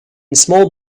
small